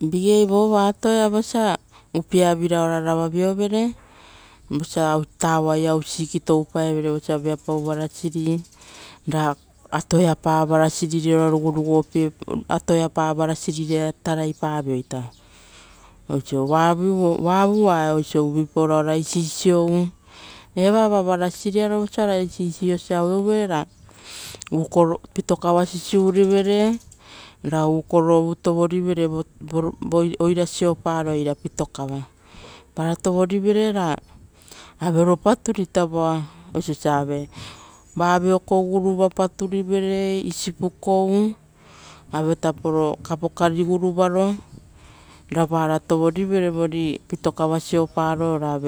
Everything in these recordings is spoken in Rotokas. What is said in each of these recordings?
Igei vo atoia, iosa upivira ora ravaiovere, ra tauai hausik ruvarupa kepa, vosa viapau marasin varasiri, ra vegoaropa ruvaru re, ora rugopieiovere. Oava vao oiso ara isisou uvere. Eva varasiriaro. Osa ora isisio sa aveu, ra pitokava sisirivere, ra ukorovu, tovorivere, souaraia, ra avekou ro. Taturi vere, oiso osa ave vavioko, isipukou, ora ave tapo kapo kari gurinaro. Ra vara tovorivere pitokava sovaraia ra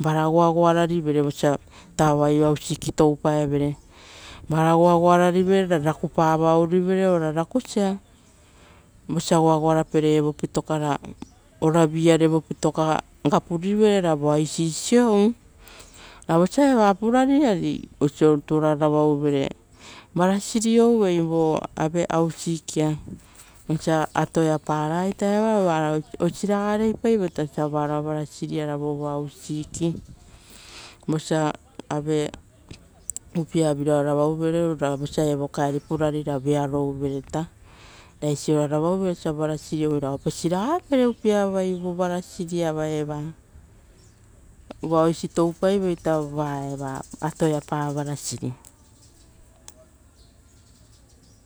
va goagoa, ra pieri, vosaruvarupa kepa tauai toupai ve. Ra rakupava ourivere, ora rakusa, ra pitokava gapurivere, ra oiso rutu ora sovo uvere uhrasiri ouei. Eisi ruvarupa kepa atoiapa uhrasiri oa oiso raga toupai osa, varao vova hausik ruvarupa kepa iava. Vosa upia vira ora ravau, ra evo kaeri purari, ra vearo vira ora sovouvere ra opesiragape upia viava eisi toupa eva atoiapa ruvaru.